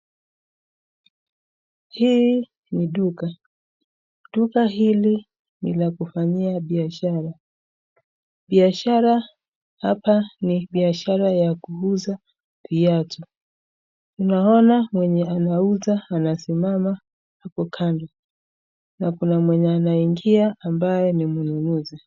Hii ni duka .Duka hili ni la kufanyia biashara. Biashara hapa ni biashara ya kuuza viatu .Tunaona mwenye anauza, anasimama hapo kando na kuna mwenye anaingia ambaye ni mnunuzi.